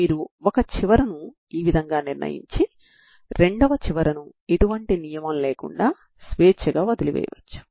మీరు energy argument ద్వారా ప్రత్యేకతను చూపవచ్చు